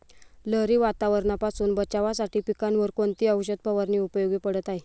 लहरी वातावरणापासून बचावासाठी पिकांवर कोणती औषध फवारणी उपयोगी पडत आहे?